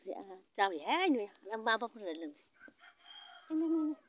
ओमफ्राय आरो जाबायहाय नै आं मा मा बुंलायलांबायसो नै नै